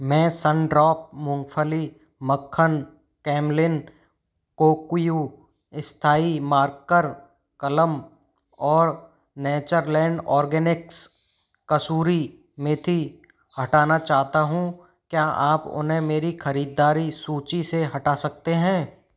मैं सनड्राप मूँगफली मक्खन कैमलिन कोकूयु स्थायी मार्कर कलम और नेचरलैंड ऑर्गॅनिक्स कसूरी मेथी हटाना चाहता हूँ क्या आप उन्हें मेरी ख़रीददारी सूची से हटा सकते हैं